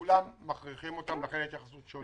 את כולם מכריחים ולכן ההתייחסות שונה.